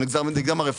הם עושים התאמה, ליווי,